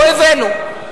פה הבאנו.